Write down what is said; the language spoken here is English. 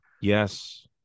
Yes